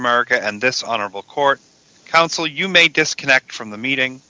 america and this honorable court counsel you may disconnect from the meeting